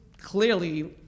clearly